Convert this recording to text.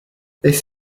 this